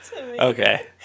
Okay